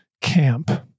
camp